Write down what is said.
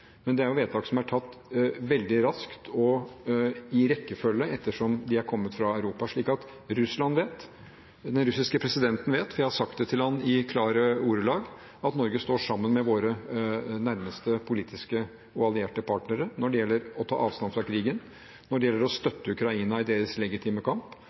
men det er jo vedtak som er gjort veldig raskt og i rekkefølge etter som de er kommet fra Europa. Så Russland vet – den russiske presidenten vet, for jeg har sagt det til ham i klare ordelag – at Norge står sammen med våre nærmeste politiske og allierte partnere når det gjelder å ta avstand fra krigen, når det gjelder å støtte Ukraina i deres legitime kamp,